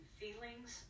feelings